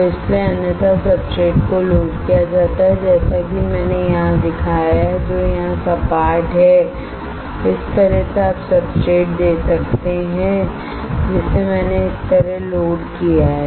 तो इसीलिए सबस्ट्रेट्स को लोड किया जाता है जैसा कि मैंने यहाँ दिखाया है जो यहाँ सपाट है इस तरह से आप सब्सट्रेट देख सकते हैं जिसे मैंने इस तरह लोड किया है